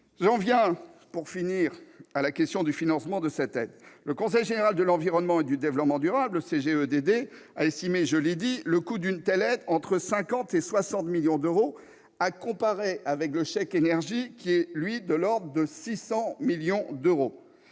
J'en viens maintenant à la question du financement de cette aide. Le Conseil général de l'environnement et du développement durable, le CGEDD, a estimé le coût d'une telle aide entre 50 et 60 millions d'euros, à comparer avec le chèque énergie, dont le coût est de l'ordre de 600 millions d'euros.